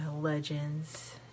Legends